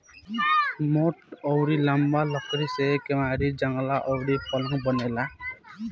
मोट अउरी लंबा लकड़ी से केवाड़ी, जंगला अउरी पलंग बनेला